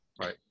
Right